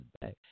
back